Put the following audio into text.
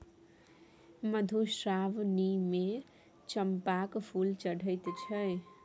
मधुश्रावणीमे चंपाक फूल चढ़ैत छै